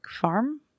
farm